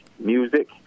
music